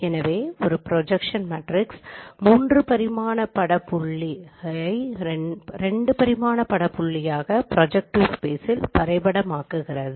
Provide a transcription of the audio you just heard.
எனவே ஒரு projection matrix 3 பரிமாண ஒருங்கிணைப்பு புள்ளியை 2 பரிமாண பட புள்ளியாக ப்ரொஜெக்ட்டிவ் ஸ்பெஸில் வரைபடமாக்குகிறது